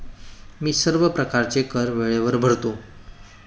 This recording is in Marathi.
मी सर्व प्रकारचे कर वेळेवर भरतो